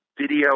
video